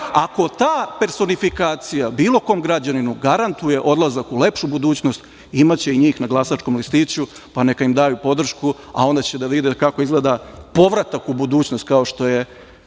Ako ta personifikacija bilo kom građaninu garantuje odlazak u lepšu budućnost, imaće i njih na glasačkom listiću pa neka im daju podršku, a onda će da vide kako izgleda "Povratak u budućnost", kao što se